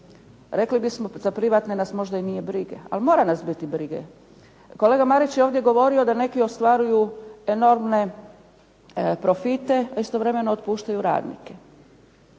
Rekli bismo za privatne nas možda i nije briga, ali mora nas biti brige. Kolega Marić je ovdje govorio da neki ostvaruju enormne profite, a istovremeno otpuštaju radnike.